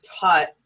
taught